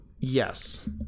Yes